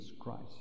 Christ